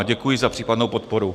Děkuji za případnou podporu.